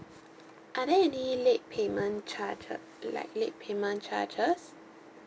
are there any late payment charger like late payment charges